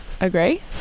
agree